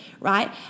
right